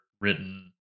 written